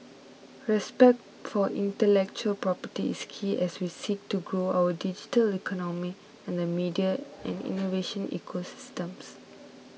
respect for intellectual property is key as we seek to grow our digital economy and the media and innovation ecosystems